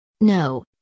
No